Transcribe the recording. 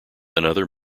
another